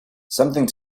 something